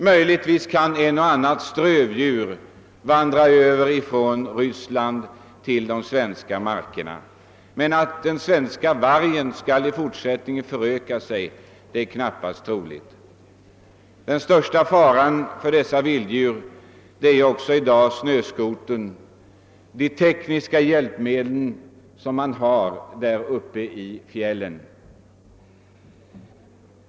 Möjligen kan ett eller annat strövdjur vandra över till de svenska markerna från Ryssland, men att den svenska vargstammen skulle föröka sig i fortsättningen är knappast troligt. Den största faran för dessa vilddjur är i dag snöskotern och de övriga tekniska hjälpmedel som man nu har i fjällen.